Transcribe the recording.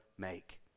make